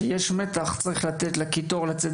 כשיש מתח צריך לתת לקיטור לצאת,